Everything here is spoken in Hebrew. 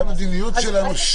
זאת המדיניות שלנו שנים.